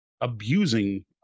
abusing